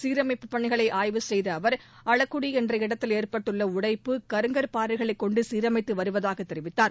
சீரமைப்புப் பணிகளை ஆய்வு செய்த அவர் அளக்குடி என்ற இடத்தில் ஏற்பட்டுள்ள உடைப்பு கருங்கல் பாறைகளைக் கொண்டு சீரமைத்து வருவதாகத் தெரிவித்தார்